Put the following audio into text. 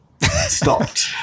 stopped